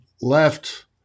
left